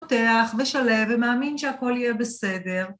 פותח ושלב ומאמין שהכול יהיה בסדר.